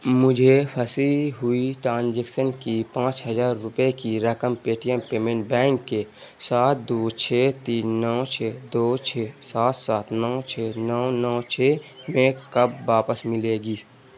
مجھے پھنسی ہوئی ٹرانزیکسن کی پانچ ہزار روپئے کی رکم Paytm payment bank کے سات دو چھ تین نو چھ دو چھ سات سات نو چھ نو نو چھ میں کب واپس ملے گی